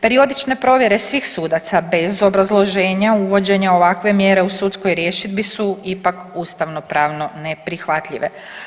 Periodične provjere svih sudaca bez obrazloženja uvođenja ovakve mjere u sudskoj rješidbi su ipak ustavnopravno neprihvatljive.